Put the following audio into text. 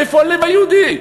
איפה הלב היהודי?